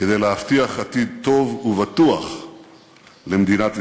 כדי להבטיח עתיד טוב ובטוח למדינת ישראל.